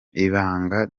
ibanga